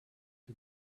the